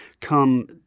come